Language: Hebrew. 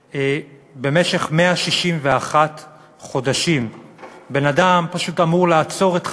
שבמשך 161 חודשים בן-אדם פשוט אמור לעצור את חייו,